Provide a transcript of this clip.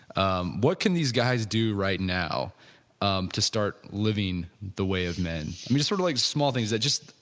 um what can these guys do right now um to start living the way of men. i mean sort of like small things that just,